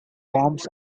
bombs